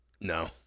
No